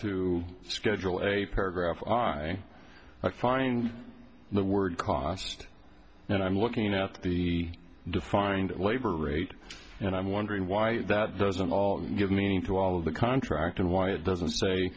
to schedule a paragraph i find the word cost and i'm looking at the defined labor rate and i'm wondering why that doesn't give meaning to all of the contract and why it doesn't say